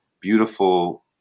beautiful